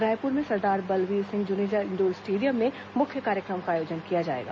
रायपुर में Sardar Balbir Singh Juneja indoor stadium में मुख्य कार्यक्रम का आयोजन किया जाएगा